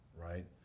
right